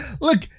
Look